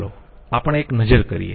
ચાલો આપણે એક નજર કરીયે